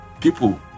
people